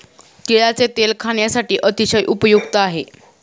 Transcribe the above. तिळाचे तेल खाण्यासाठी अतिशय उपयुक्त आहे